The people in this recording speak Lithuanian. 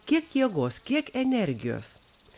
kiek jėgos kiek energijos